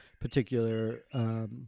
particular